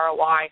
ROI